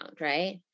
right